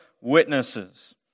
witnesses